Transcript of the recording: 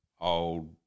old